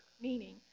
meaning